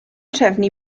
trefnu